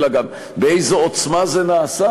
אלא גם באיזו עוצמה זה נעשה.